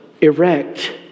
erect